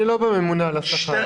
אני לא מאגף הממונה על השכר.